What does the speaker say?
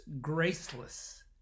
Graceless